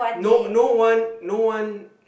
no no one no one